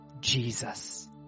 Jesus